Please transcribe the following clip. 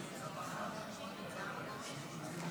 57